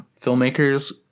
filmmakers